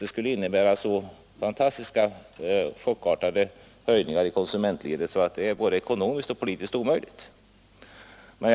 Det skulle innebära så chockartade höjningar i konsumentledet att det är både ekonomiskt och politiskt omöjligt att genomföra.